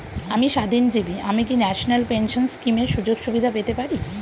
আমি স্বাধীনজীবী আমি কি ন্যাশনাল পেনশন স্কিমের সুযোগ সুবিধা পেতে পারি?